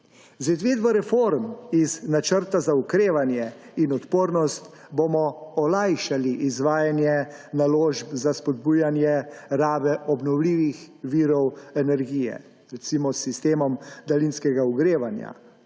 Z izvedbo reform iz Načrta za okrevanje in odpornost bomo olajšali izvajanje naložb za spodbujanje rabe obnovljivih virov energije; recimo s sistemom daljinskega ogrevanja,